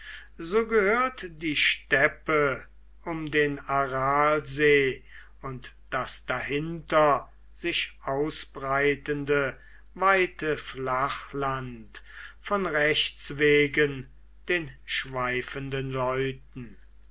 so gehört die steppe um den aralsee und das dahinter sich ausbreitende weite flachland von rechts wegen den schweifenden leuten